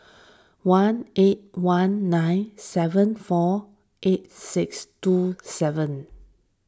one eight one nine seven four eight six two seven